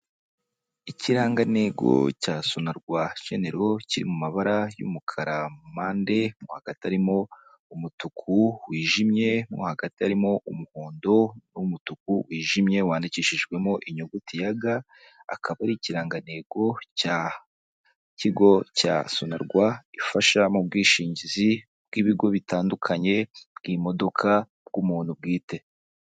Ikirangantego cya Sonarwa genero kiri mu mabara y'umukara mu mpande, mo hagati harimo umutuku wijimye, mo hagati harimo umuhondo n'umutuku wijimye wandikishijwemo inyuguti ya g, akaba ari ikirangantego cy'ikigo cya Sonarwa ifasha mu bwishingizi bw'ibigo bitandukanye, bw'imodoka, bw'umuntu bwite.